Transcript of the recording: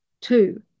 Two